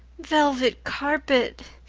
velvet carpet,